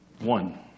one